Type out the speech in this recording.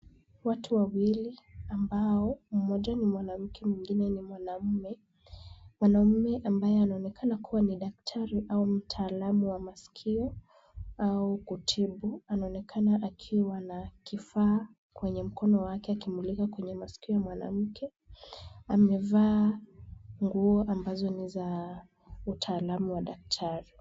Watu wawili ambao mmoja ni mwanamke mwingine ni mwanamme. Mwanaume ambaye anaonekana kuwa ni daktari au mtaalamu wa masikio au kutibu. Anaonekana akiwa na kifaa kwenye mkono wake akimulika kwenye masikio ya mwanamke. Amevaa nguo ambazo ni za utaalamu wa daktari.